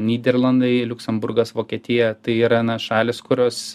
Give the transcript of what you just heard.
nyderlandai liuksemburgas vokietija tai yra na šalys kurios